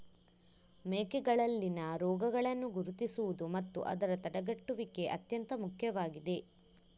ಮೇಕೆಗಳಲ್ಲಿನ ರೋಗಗಳನ್ನು ಗುರುತಿಸುವುದು ಮತ್ತು ಅದರ ತಡೆಗಟ್ಟುವಿಕೆ ಅತ್ಯಂತ ಮುಖ್ಯವಾಗಿದೆ